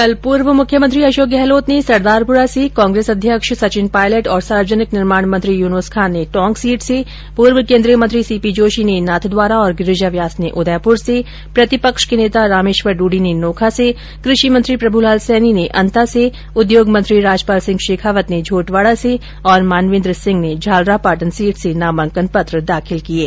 कल पूर्व मुख्यमंत्री अषोक गहलोत ने सरदारपुरा से कांग्रेस अध्यक्ष सचिन पायलट तथा सार्वजनिक निर्माण मंत्री यूनूस खान ने टोक सीट से पूर्व केंद्रीय मंत्री सीपी जोषी ने नाथद्वारा और गिरिजा व्यास ने उदयपुर से प्रतिपक्ष के नेता रामेष्वर डूडी ने नोखा से कृषि मंत्री प्रभूलाल सैनी ने अंता से उद्योग मंत्री राजपाल सिंह शेखावत ने झोटवाडा से और मानवेंद्र सिंह ने झालरापाटन सीट से नामांकन पत्र दाखिल किये हैं